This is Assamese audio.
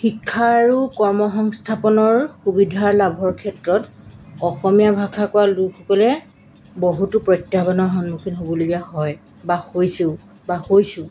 শিক্ষা আৰু কৰ্মসংস্থাপনৰ সুবিধাৰ লাভৰ ক্ষেত্ৰত অসমীয়া ভাষা কোৱা লোকসকলে বহুতো প্ৰত্যাহ্বানৰ সন্মুখীন হ'বলগীয়া হয় বা হৈছেও বা হৈছোঁ